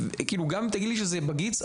גם אם תגיד לי שזה בגיץ,